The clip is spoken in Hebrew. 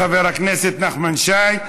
תודה לחבר הכנסת נחמן שי.